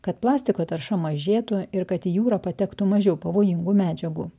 kad plastiko tarša mažėtų ir kad į jūrą patektų mažiau pavojingų medžiagų